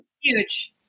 huge